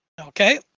Okay